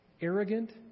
Arrogant